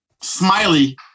Smiley